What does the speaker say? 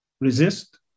resist